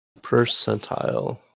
Percentile